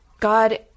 God